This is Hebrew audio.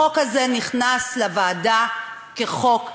החוק הזה נכנס לוועדה כחוק מזעזע,